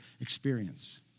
experience